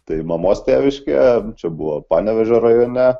tai mamos tėviškė čia buvo panevėžio rajone